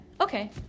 Okay